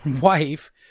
wife